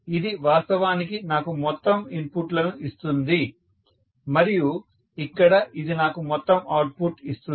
ఇది వాస్తవానికి నాకు మొత్తం ఇన్పుట్లను ఇస్తుంది మరియు ఇక్కడ ఇది నాకు మొత్తం అవుట్పుట్ ఇస్తుంది